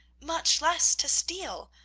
much less to steal.